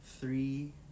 three